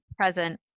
present